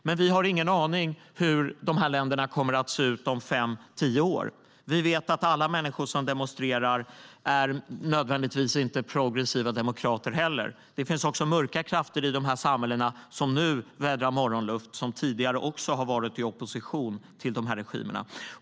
Men vi har ingen aning om hur dessa länder kommer att se ut om fem tio år. Vi vet att alla människor som demonstrerar inte nödvändigtvis är progressiva demokrater. Det finns också mörka krafter i dessa samhällen som nu vädrar morgonluft och som tidigare har varit i opposition till regimerna.